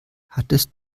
hattest